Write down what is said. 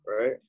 right